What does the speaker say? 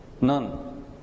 None